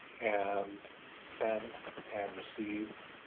and send and receive